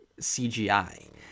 cgi